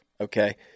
Okay